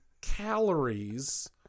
calories